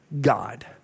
God